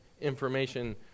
information